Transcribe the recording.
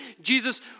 Jesus